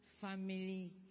Family